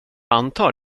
antar